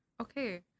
okay